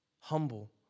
Humble